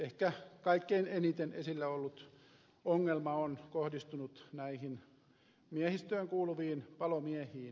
ehkä kaikkein eniten esillä ollut ongelma on kohdistunut näihin miehistöön kuuluviin palomiehiin